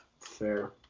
Fair